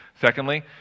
Secondly